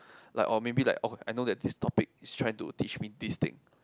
like oh maybe like oh I know that this topic try to teach me this thing